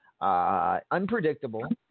Unpredictable